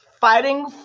fighting